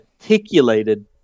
articulated